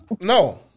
No